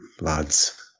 lads